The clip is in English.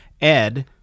Ed